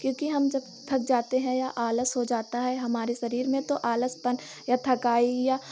क्योंकि हम जब थक जाते हैं या आलस हो जाता है हमारे शरीर में तो आलसपन या थकाई या